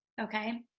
okay